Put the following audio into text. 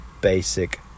basic